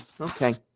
Okay